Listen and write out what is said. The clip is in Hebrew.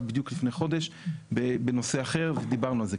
לפני חודש בנושא אחר ודיברנו על זה.